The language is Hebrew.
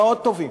מאוד טובים.